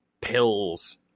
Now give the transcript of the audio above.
pills